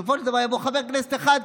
בסופו של דבר יבוא חבר כנסת אחד,